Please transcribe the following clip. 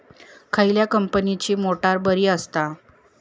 खयल्या कंपनीची मोटार बरी असता?